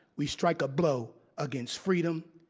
we strike a blow against freedom,